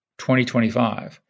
2025